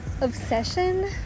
obsession